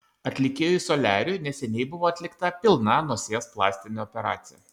atlikėjui soliariui neseniai buvo atlikta pilna nosies plastinė operacija